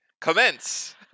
Commence